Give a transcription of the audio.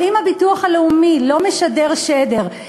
אבל אם הביטוח הלאומי לא משדר שדר,